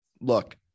Look